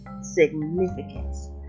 significance